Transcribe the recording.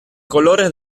colores